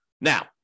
Now